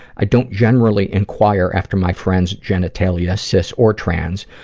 i don't generally inquire after my friend's genitalia cis or trans